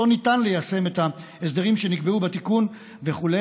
לא ניתן ליישם את ההסדרים שנקבעו בתיקון" וכו',